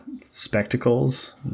spectacles